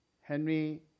Henry